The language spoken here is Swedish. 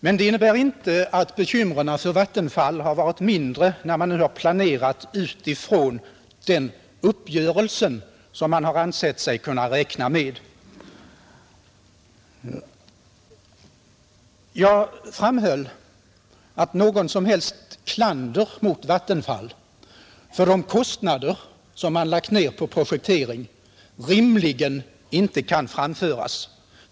Men det innebär inte att bekymren för Vattenfall varit mindre, när man nu planerat utifrån den uppgörelse som man ansett sig kunna räkna med. Jag framhöll att något som helst klander mot Vattenfall för de kostnader som man lagt ner på projekteringen rimligen inte kan framföras.